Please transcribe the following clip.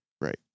Right